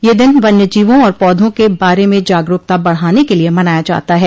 यह दिन वन्य जीवों और पौधों के बारे में जागरूकता बढ़ाने के लिए मनाया जाता है